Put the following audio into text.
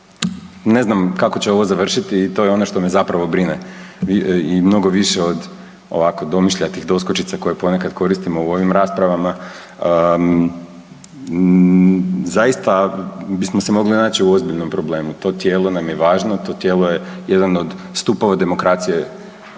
ne znam kako će ovo završiti, to je ono što me zapravo brine, i mnogo više od ovako domišljatih doskočica koje ponekad koristimo u ovim raspravama. Zaista bismo se mogli naći u ozbiljnom problemu, to tijelo nam je važno, to tijelo je jedan od stupova demokracije